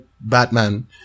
Batman